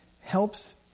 helps